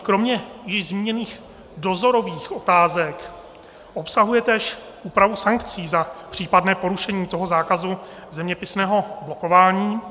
Kromě již zmíněných dozorových otázek obsahuje též úpravu sankcí za případné porušení zákazu zeměpisného blokování.